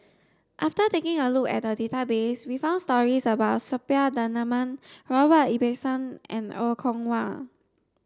after taking a look at the database we found stories about Suppiah Dhanabalan Robert Ibbetson and Er Kwong Wah